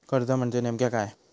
कर्ज म्हणजे नेमक्या काय?